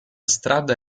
strada